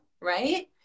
right